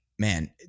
Man